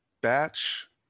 Batch